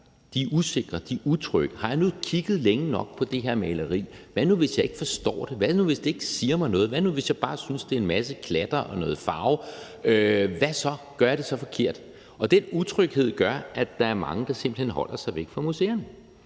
De er usikre, og de er utrygge: Har jeg nu kigget længe nok på det her maleri? Hvad nu, hvis jeg ikke forstår det? Hvad nu, hvis det ikke siger mig noget? Hvad nu, hvis jeg bare synes, det er en masse klatter og noget farve – gør jeg det så forkert? Og den utryghed gør, at der er mange, der simpelt hen holder sig væk fra museerne.